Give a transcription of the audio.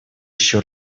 еще